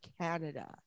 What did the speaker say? Canada